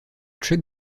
chuck